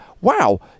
wow